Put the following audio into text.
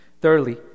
Thirdly